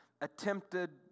attempted